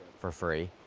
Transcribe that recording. for free,